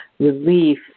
relief